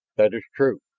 that is true.